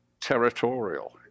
territorial